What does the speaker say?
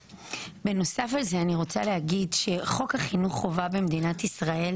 בנוסף לזה אני רוצה להגיד שחוק חינוך החובה במדינת ישראל